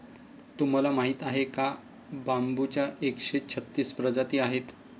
तुम्हाला माहीत आहे का बांबूच्या एकशे छत्तीस प्रजाती आहेत